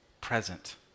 present